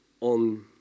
on